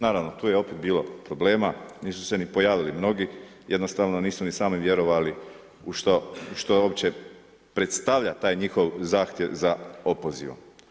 Naravno tu je opet bilo problema, nisu se ni pojavili mnogi, jednostavno nisu ni sami vjerovali što je uopće predstavlja taj njihov zahtjev za opozivom.